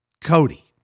Cody